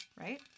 right